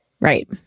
right